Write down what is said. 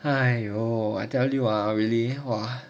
!aiyo! I tell you ah really !wah!